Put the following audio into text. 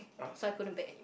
so I couldn't bake anymore